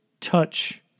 touch